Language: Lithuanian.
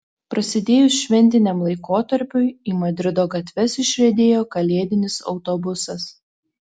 prasidėjus šventiniam laikotarpiui į madrido gatves išriedėjo kalėdinis autobusas